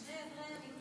זה משני עברי המתרס.